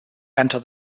enter